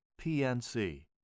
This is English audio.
PNC